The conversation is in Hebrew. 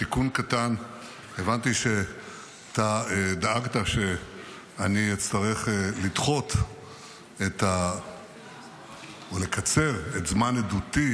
תיקון קטן: הבנתי שאתה דאגת שאני אצטרך לדחות או לקצר את זמן עדותי